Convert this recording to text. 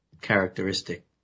characteristic